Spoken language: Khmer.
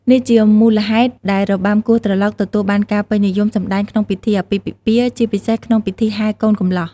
នេះជាមូលហេតុដែលរបាំគោះត្រឡោកទទួលបានការពេញនិយមសម្តែងក្នុងពិធីអាពាហ៍ពិពាហ៍ ជាពិសេសក្នុងពិធីហែកូនកំលោះ។